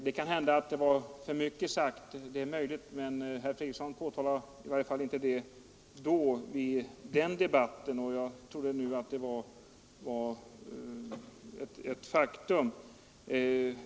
Det kan hända att detta var för mycket sagt, men herr Fredriksson påtalade det i varje fall inte i den debatten, och jag trodde nu att det var ett faktum.